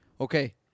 Okay